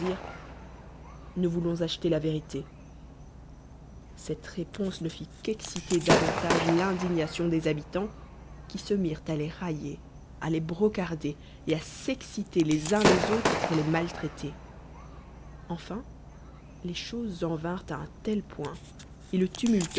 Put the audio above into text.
nous ao rlorss acjeelcr la fét ité cette réponse ne fit qu'exciter davantage l'indignation des habitants qui se mirent à les railler a les brocarder et à s'exciter les uns les antres pour les maltraiter enfin les choses en vin rem la un tel point ct le